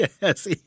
Yes